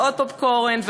ועוד פופקורן,